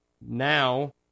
Now